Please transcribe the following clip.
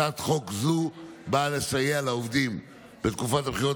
הצעת חוק זו באה לסייע לעובדים בתקופת הבחירות